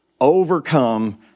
overcome